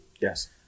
Yes